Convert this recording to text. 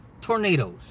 tornadoes